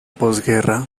posguerra